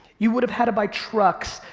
you would have had to buy trucks.